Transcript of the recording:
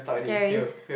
there is